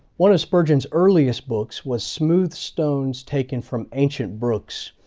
one of spurgeon's earliest books was smooth stones, taken from ancient brooks',